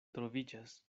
troviĝas